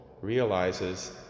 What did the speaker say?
realizes